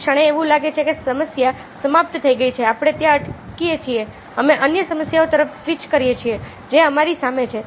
ક્ષણે એવું લાગે છે કે સમસ્યા સમાપ્ત થઈ ગઈ છે આપણે ત્યાં અટકીએ છીએ અમે અન્ય સમસ્યાઓ તરફ સ્વિચ કરીએ છીએ જે અમારી સામે છે